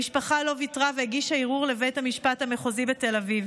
המשפחה לא ויתרה והגישה ערעור לבית המשפט המחוזי בתל אביב.